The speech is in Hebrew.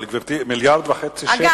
אבל, גברתי, 1.5 מיליארד שקל?